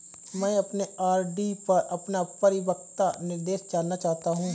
मैं अपने आर.डी पर अपना परिपक्वता निर्देश जानना चाहता हूं